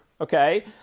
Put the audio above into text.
okay